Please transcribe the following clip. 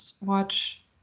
watch